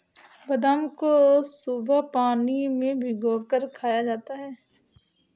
बादाम को सुबह पानी में भिगोकर खाया जाता है